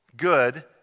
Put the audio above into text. good